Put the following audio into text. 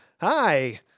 Hi